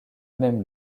même